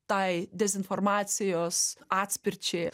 tai dezinformacijos atspirčiai